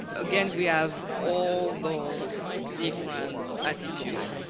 again we have all those different attitudes.